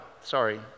sorry